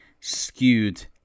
skewed